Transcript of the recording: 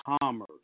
commerce